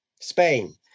Spain